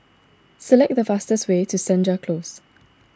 select the fastest way to Senja Close